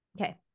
Okay